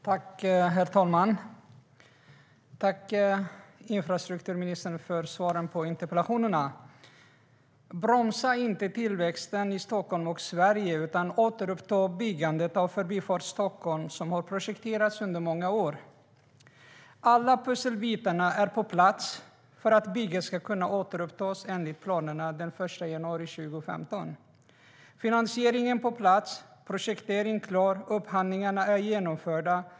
Herr talman! Jag tackar infrastrukturministern för svaret på interpellationerna. Bromsa inte tillväxten i Stockholm och Sverige! Återuppta i stället byggandet av Förbifart Stockholm, som har projekterats under många år. Alla pusselbitar är på plats för att bygget ska kunna återupptas enligt planerna den 1 januari 2015. Finansieringen är på plats, projekteringen är klar och upphandlingarna är genomförda.